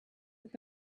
have